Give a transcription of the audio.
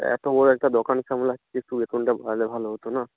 এতো বড় একটা দোকান সামলাচ্ছি একটু বেতনটা বাড়ালে ভালো হত না